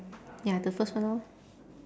ya the first one lor